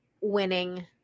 winning